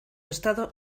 estado